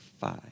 Five